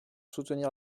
soutenir